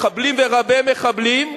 מחבלים ורבי-מחבלים,